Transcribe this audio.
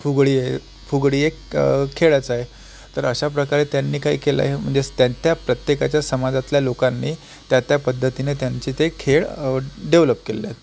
फुगडी आहे फुगडी एक खेळच आहे तर अशा प्रकारे त्यांनी काय केलं आहे म्हणजे स त्यात्या प्रत्येकाच्या समाजातल्या लोकांनी त्या त्या पद्धतीनं त्यांचे ते खेळ डेव्हलप केलेले आहेत